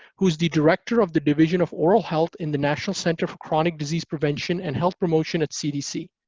who's the director of the division of oral health in the national center for chronic disease prevention and health promotion at cdc,